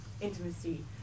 intimacy